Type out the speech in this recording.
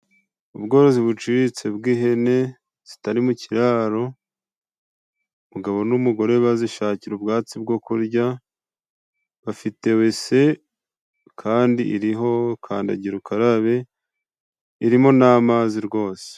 Ubworozi buciriritse bw'ihene zitari mu kiraro, umugabo n'umugore bazishakira ubwatsi bwo kurya. Bafite wese kandi iriho kandagira ukarabe irimo n'amazi rwose.